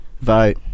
Vote